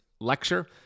lecture